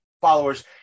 followers